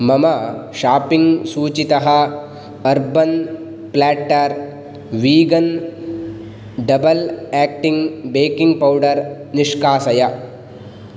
मम शापिङ्ग् सूचीतः urban platter vegan double acting baking powder निष्कासय